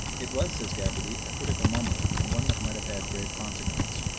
it was, says gabarty, a critical moment, and one that might have had grave consequence.